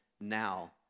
now